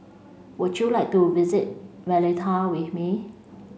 would you like to visit Valletta with me